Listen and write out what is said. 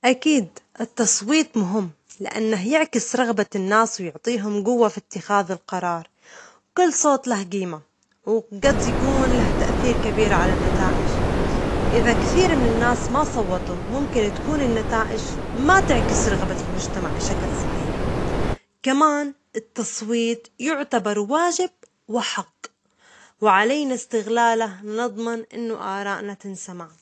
أكيد التصويت مهم لأنه يعكس رغبة الناس ويعطيهم جوة في اتخاذ القرار، كل صوت له قيمة، وجد يكون له تأثير كبير على النتائج، إذا كثير من الناس ما صوتوا ممكن تكون النتائج ما تعكس رغبة المجتمع بشكل صحيح، كمان التصويت يعتبر واجب وحق وعلينا استغلاله لضمان إن آراءنا تنسمع.